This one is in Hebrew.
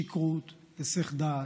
שכרות, היסח דעת,